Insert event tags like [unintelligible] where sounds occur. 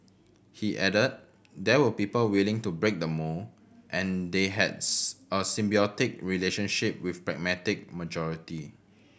he added there were people willing to break the mould and they had [unintelligible] a symbiotic relationship with pragmatic majority